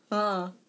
ah